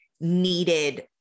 needed